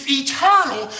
eternal